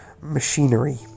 machinery